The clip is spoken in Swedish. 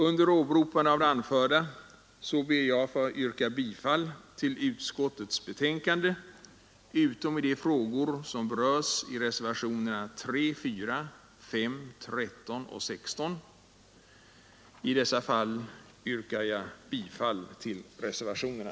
Under åberopande av det anförda ber jag att få yrka bifall till utskottets hemställan utom i de frågor som berörs i reservationerna 3, 4, 5, 13 och 16. I dessa fall yrkar jag bifall till reservationerna.